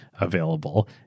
available